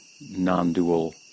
non-dual